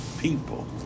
people